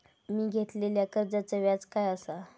मी घेतलाल्या कर्जाचा व्याज काय आसा?